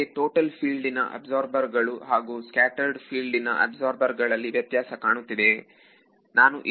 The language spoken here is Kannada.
ನಿಮಗೆ ಟೋಟಲ್ ಫೀಲ್ಡ ಇನ ಅಬ್ಸಾರ್ಬರ್ ಗಳು ಹಾಗೂ ಸ್ಕ್ಯಾಟರೆಡ್ ಫೀಲ್ಡ್ ಇನ ಅಬ್ಸರ್ಬರ್ ಗಳಲ್ಲಿ ವ್ಯತ್ಯಾಸ ಕಾಣುತ್ತಿದೆಯೇ